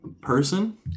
person